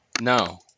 No